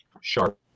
sharp